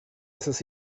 esas